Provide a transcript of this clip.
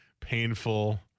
painful